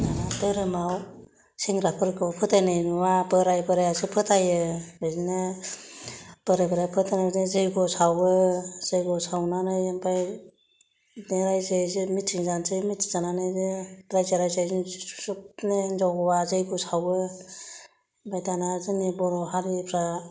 दाना थोरोमाव सेंग्राफोरखौ फोथायनाय नुआ बोराय बोरायासो फोथायो बिदिनो बोराय बोराय फोथायनासो जैग्य सावो जैग्य सावनानै ओमफाय बै राइजोयै ज' मिटिं जानोसै मिटिं जानानैनो राइजो राजा जों सबनो हिनजाव हौवा जैग्य सावो ओमफाय दाना जोंनि बर' हारिफ्रा